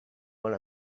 one